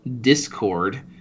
Discord